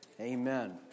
Amen